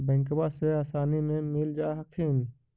बैंकबा से आसानी मे मिल जा हखिन?